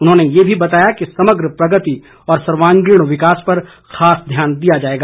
उन्होंने यह भी बताया कि समग्र प्रगति और सर्वांगीण विकास पर खास ध्यान दिया जायेगा